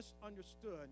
misunderstood